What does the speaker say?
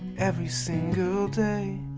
every single day